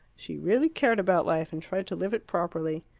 she really cared about life, and tried to live it properly.